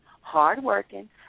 hardworking